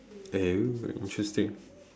eh very interesting